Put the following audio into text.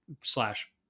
slash